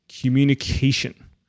communication